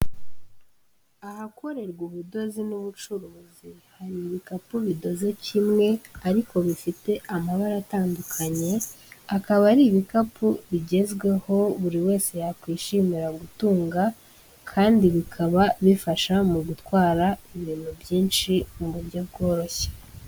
Ahakorerwa ubudozi n'ubucuruzi, har'ibikapu bidoze kimwe ariko bifite amabara atandukanye, akaba ari ibikapu bigezweho buri wese yakwishimira gutunga, kandi bikaba bifasha mu gutwara ibintu byinshi mu buryo bworoshye.